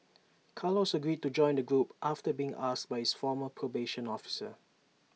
Carlos agreed to join the group after being asked by his former probation officer